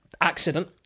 accident